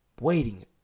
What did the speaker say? waiting